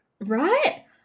Right